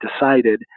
decided